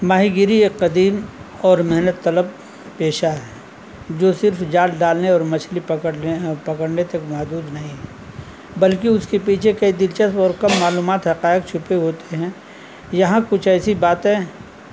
ماہی گیری ایک قدیم اور محنت طلب پیشہ ہے جو صرف جال ڈالنے اور مچھلی پکڑنے پکڑنے تک محجود نہیں ہے بلکہ اس کے پیچھے کئی دلچسپ اور کم معلومات حقائق چھپے ہوتے ہیں یہاں کچھ ایسی باتیں